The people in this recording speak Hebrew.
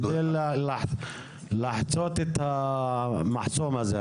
כדי לחצות את המחסום הזה,